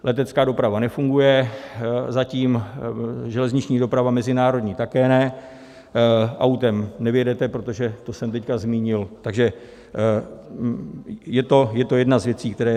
Letecká doprava nefunguje, zatím, železniční doprava mezinárodní také ne, autem nevyjedete, protože, to jsem teď zmínil, takže je to jedna z věcí, která je.